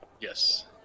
Yes